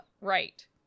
right